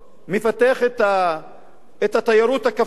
מפתח את התיירות הכפרית,